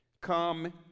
come